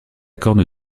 corne